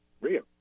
Real